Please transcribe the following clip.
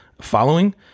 following